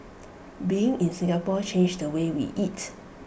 being in Singapore changed the way we eat